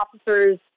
officers